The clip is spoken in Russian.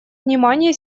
внимания